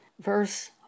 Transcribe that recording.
verse